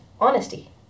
honesty